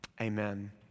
Amen